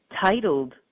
titled